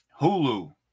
Hulu